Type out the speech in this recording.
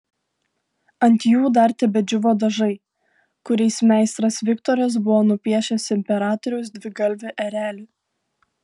ant jų dar tebedžiūvo dažai kuriais meistras viktoras buvo nupiešęs imperatoriaus dvigalvį erelį